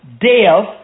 death